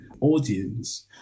audience